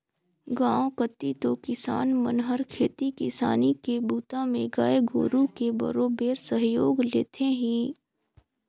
गांव कति तो किसान मन हर खेती किसानी के बूता में गाय गोरु के बरोबेर सहयोग लेथें ही